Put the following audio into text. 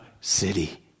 city